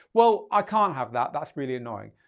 well, i can't have that that's really annoying.